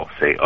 say